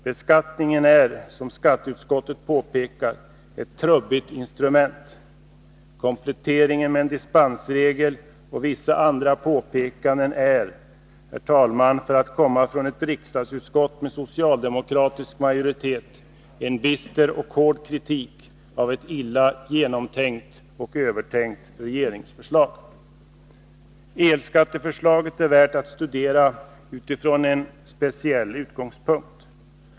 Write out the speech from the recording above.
Beskattningen är — som skatteutskottet påpekar-— ett trubbigt instrument. Kompletteringen med en dispensregel och vissa andra påpekanden är — för att komma från ett riksdagsutskott med socialdemokratisk majoritet — en bister och hård kritik av ett illa genomtänkt och övertänkt regeringsförslag. Herr talman! Elskatteförslaget är värt att studera utifrån en speciell utgångspunkt.